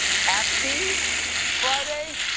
happy friday?